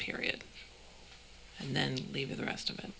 period and then leave the rest of it